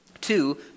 Two